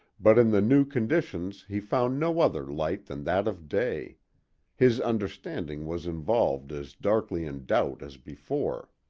but in the new conditions he found no other light than that of day his understanding was involved as darkly in doubt as before.